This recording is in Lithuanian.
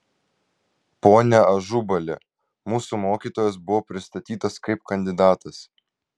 pone ažubali mūsų mokytojas buvo pristatytas kaip kandidatas